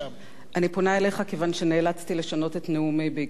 כיוון שנאלצתי לשנות את נאומי בעקבות דבריך,